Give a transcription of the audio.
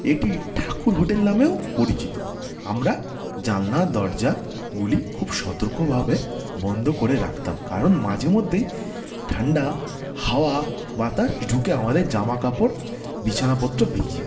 এটি ঠাকুর হোটেল নামেও পরিচিত আমরা জানলা দরজাগুলি খুব সতর্কভাবে বন্ধ করে রাখতাম কারণ মাঝে মধ্যেই ঠান্ডা হাওয়া বাতাস ঢুকে আমাদের জামা কাপড় বিছানাপত্র ভিজিয়ে দিতো